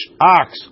ox